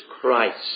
Christ